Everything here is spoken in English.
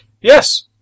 Yes